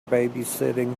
babysitting